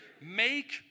Make